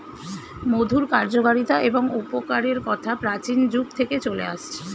মধুর কার্যকারিতা এবং উপকারের কথা প্রাচীন যুগ থেকে চলে আসছে